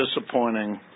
disappointing